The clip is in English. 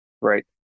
Right